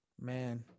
Man